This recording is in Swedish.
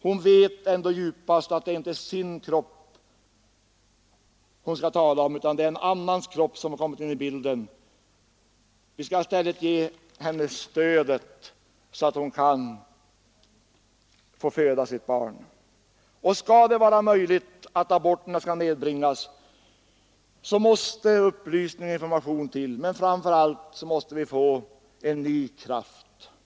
Hon vet ändå djupast inne att det inte bara är sin egen kropp hon skall tala om, utan att det är en annans kropp som kommer in i bilden vid en abort. Vi skall i stället ge henne stödet att hon kan få föda sitt barn. Skall det vara möjligt att nedbringa aborternas antal måste det till mera upplysning och bättre information, men framför allt måste vi få en ny kraft.